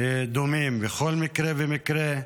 דומים בכל במקרה ומקרה,